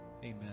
Amen